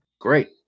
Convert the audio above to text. Great